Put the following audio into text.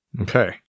Okay